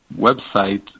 website